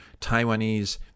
Taiwanese